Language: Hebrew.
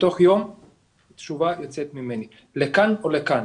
בתוך יום התשובה יוצאת ממני לכאן ולכאן,